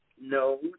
No